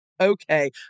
Okay